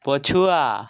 ପଛୁଆ